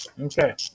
Okay